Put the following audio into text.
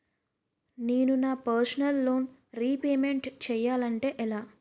నేను నా personal loan repayment చేయాలంటే ఎలా?